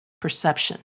perception